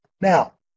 Now